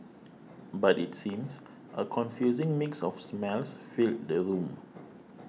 but it seems a confusing mix of smells filled the room